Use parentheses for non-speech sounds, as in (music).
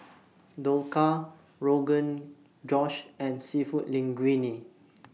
(noise) Dhokla Rogan Josh and Seafood Linguine